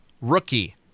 rookie